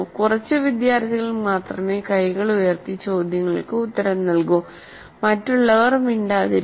കുറച്ച് വിദ്യാർത്ഥികൾ മാത്രമേ കൈകൾ ഉയർത്തി ചോദ്യങ്ങൾക്ക് ഉത്തരം നൽകൂ മറ്റുള്ളവർ മിണ്ടാതിരിക്കും